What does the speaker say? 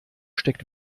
steckt